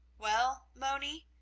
well, moni,